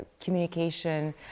communication